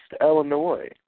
Illinois